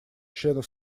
членов